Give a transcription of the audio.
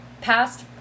past